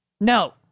no